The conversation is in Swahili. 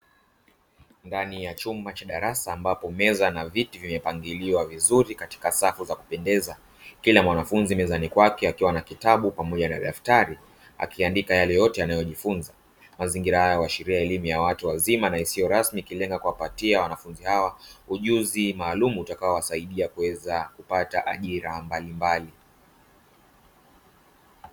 Ndani ya chumba cha darasa ambapo meza na viti vimepangiliwa vizuri katika safu za kupendeza. Kila mwanafunzi mezani kwake akiwa na kitabu pamoja na daftari, akiandika yale yote anayojifunza. Mazingira hayo huashiriaya elimu ya watu wazima na isiyo rasmi ikilenga kuwapatia wanafunzi hawa ujuzi maalumu utakaowasaidia kuweza kupata ajira mbalimbali.